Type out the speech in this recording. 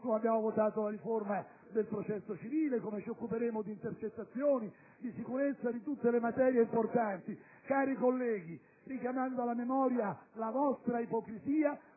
come abbiamo votato la riforma del processo civile, come ci occuperemo di intercettazioni, di sicurezza e di tutte le materie importanti. Cari colleghi, richiamando alla memoria la vostra ipocrisia